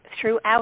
throughout